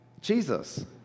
Jesus